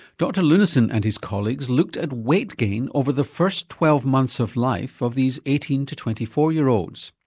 dr leunissen and his colleagues looked at weigh gain over the first twelve months of life of these eighteen to twenty four year olds.